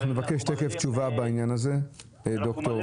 תיכף נבקש תשובה בעניין הזה מד"ר מנדלוביץ.